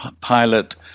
pilot